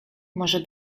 może